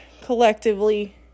collectively